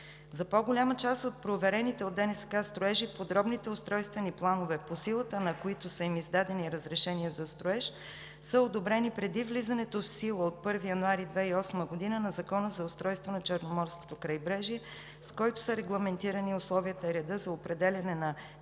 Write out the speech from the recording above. За по-голяма част от проверените от ДНСК строежи подробните устройствени планове, по силата на които са им издадени разрешения за строеж, са одобрени преди влизането в сила от 1 януари 2008 г. на Закона за устройство на Черноморското крайбрежие, с който са регламентирани условията и реда за определяне на